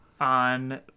on